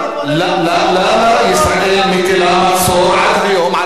למה ישראל מטילה מצור עד היום על עזה?